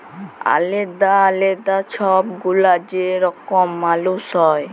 আলেদা আলেদা ছব গুলা যে রকম মালুস হ্যয়